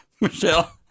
Michelle